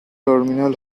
terminal